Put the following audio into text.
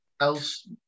else